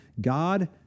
God